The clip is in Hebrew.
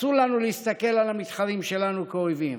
אסור לנו להסתכל על המתחרים שלנו כאויבים.